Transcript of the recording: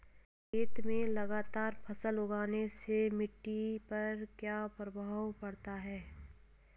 खेत में लगातार फसल उगाने से मिट्टी पर क्या प्रभाव पड़ता है?